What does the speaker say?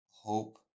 Hope